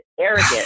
arrogant